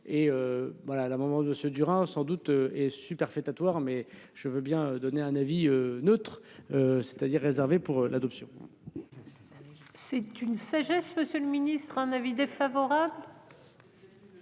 Et voilà, la maman de ce dur hein. Sans doute est superfétatoire mais je veux bien donner un avis neutre. C'est-à-dire réservées pour l'adoption. C'est une sagesse Monsieur le ministre un avis défavorable.